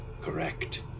Correct